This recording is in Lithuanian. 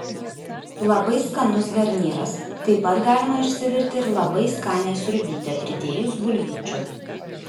labai skanus garnyras taip pat galima išsivirti ir labai skanią sriubytę pridėjus bulvyčių